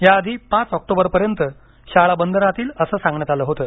याआधी पाच ऑक्टोबरपर्यंत शाळा बंद राहतील असं सांगण्यात आलं होतं